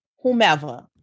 whomever